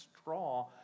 straw